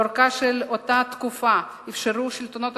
לאורכה של אותה תקופה אפשרו השלטונות